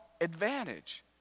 advantage